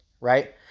right